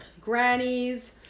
Grannies